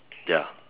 ya